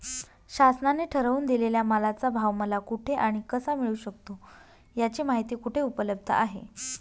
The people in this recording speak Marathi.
शासनाने ठरवून दिलेल्या मालाचा भाव मला कुठे आणि कसा मिळू शकतो? याची माहिती कुठे उपलब्ध आहे?